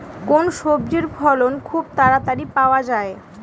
কোন সবজির ফলন খুব তাড়াতাড়ি পাওয়া যায়?